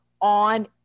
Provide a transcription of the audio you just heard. on